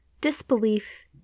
disbelief